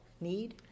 need